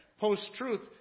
post-truth